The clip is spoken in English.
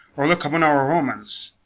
or look upon our romans,